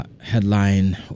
Headline